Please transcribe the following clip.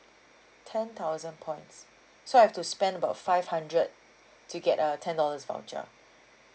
ten thousand points so I have to spend about five hundred to get a ten dollars voucher